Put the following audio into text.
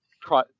try